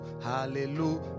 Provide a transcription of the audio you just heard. hallelujah